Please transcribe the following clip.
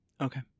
Okay